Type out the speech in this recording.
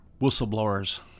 whistleblowers